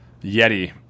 Yeti